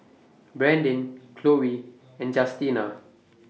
Brandin Khloe and Justina